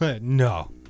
No